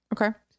Okay